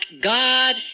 God